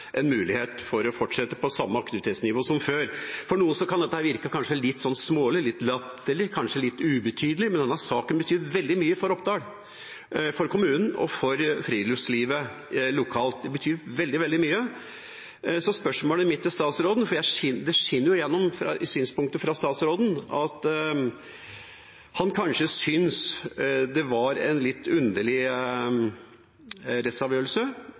mulighet til å fortsette på samme aktivitetsnivå som før. For noen kan dette kanskje virke litt smålig, litt latterlig, kanskje litt ubetydelig, men denne saken betyr veldig mye for Oppdal, for kommunen og for friluftslivet lokalt. Den betyr veldig, veldig mye. Så er spørsmålet mitt til statsråden, det skinner jo igjennom at statsråden kanskje synes det var en litt underlig rettsavgjørelse